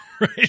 right